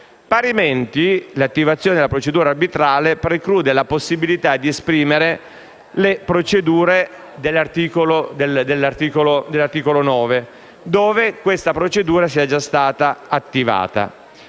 Parimenti, l'attivazione della procedura arbitrale preclude la possibilità di esprimere le procedure dell'articolo 9, laddove questa procedura sia già stata attivata;